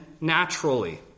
naturally